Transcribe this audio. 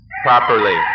properly